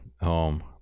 home